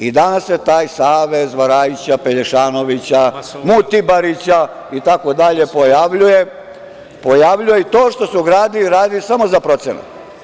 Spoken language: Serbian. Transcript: I danas se taj savez varajića, pelješanovića, mutibarića itd. pojavljuje i to što su gradili, radili samo za procenat.